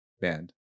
band